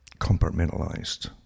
compartmentalized